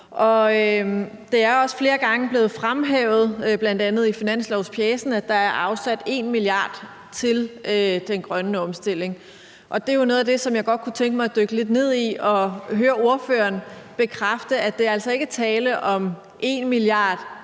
Det er også flere gange blevet fremhævet, bl.a. i finanslovspjecen, at der er blevet afsat 1 mia. kr. til den grønne omstilling. Det er jo noget af det, jeg godt kunne tænke mig at dykke lidt ned i og høre ordføreren bekræfte, altså at der ikke er tale om 1 mia.